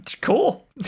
Cool